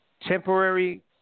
temporary